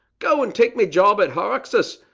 go and take my job at horrockses,